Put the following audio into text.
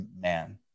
man